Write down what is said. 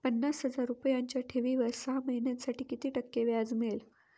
पन्नास हजार रुपयांच्या ठेवीवर सहा महिन्यांसाठी किती टक्के व्याज मिळेल?